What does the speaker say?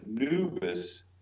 Anubis